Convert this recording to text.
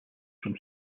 from